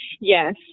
Yes